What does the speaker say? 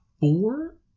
four